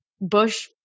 bush